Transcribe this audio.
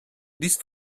these